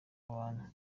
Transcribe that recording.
abantu